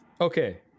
okay